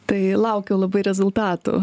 tai laukiau labai rezultatų